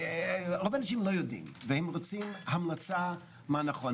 רוב האנשים לא יודעים, והם רוצים המלצה, מה נכון.